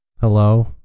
Hello